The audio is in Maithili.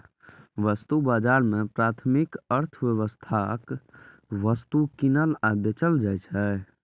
वस्तु बाजार मे प्राथमिक अर्थव्यवस्थाक वस्तु कीनल आ बेचल जाइ छै